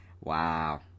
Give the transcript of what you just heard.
Wow